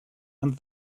and